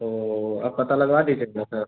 तो आप पता लगा दीजिएगा ना सर